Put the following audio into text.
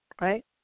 right